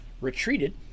retreated